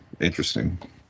interesting